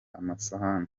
amasahani